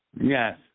Yes